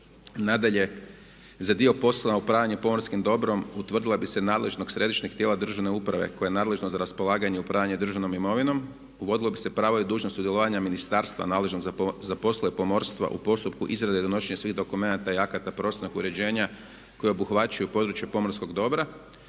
Nadalje, za dio poslova upravljanja pomorskim dobrom utvrdila bi se nadležnost središnjeg tijela državne uprave koje je nadležno za raspolaganje i upravljanje državnom imovinom, uvodilo bi se pravo i dužnost sudjelovanja ministarstva nadležnog za poslove pomorstva u postupku izrade i donošenja svih dokumenata i akata prostornog uređenja koje obuhvaćaju područje pomorskog dobra,